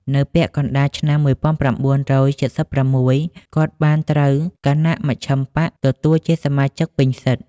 នៅពាក់កណ្តាលឆ្នាំ ១៩៧៦ គាត់បានត្រូវគណៈមជ្ឈិមបក្សទទួលជាសមាជិកពេញសិទ្ធិ ។